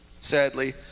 Sadly